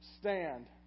stand